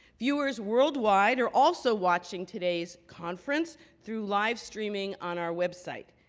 viewers worldwide are also watching today's conference through live streaming on our website.